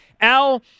Al